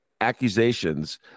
accusations